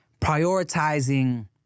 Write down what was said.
prioritizing